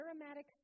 aromatic